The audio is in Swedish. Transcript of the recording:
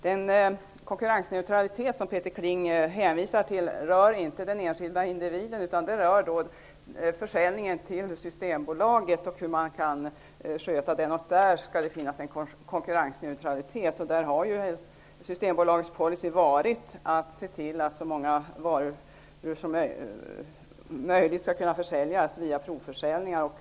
Den konkurrensneutralitet som Peter Kling hänvisade till rör inte den enskilde individen utan försäljningen till Systembolaget. Där skall det finnas en konkurrensneutralitet. Där har Systembolagets policy varit att se till att så många märken som möjligt skall kunna säljas via provförsäljningar.